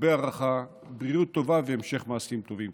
הרבה הערכה, בריאות טובה והמשך מעשים טובים.